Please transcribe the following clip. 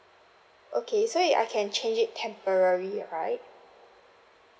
okay so it I can change it temporary right